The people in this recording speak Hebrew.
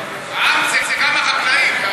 לא היה חוק כזה.